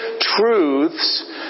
truths